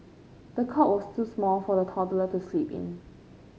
the cot was too small for the toddler to sleep in